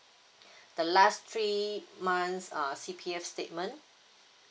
the last three months err C_P_F statement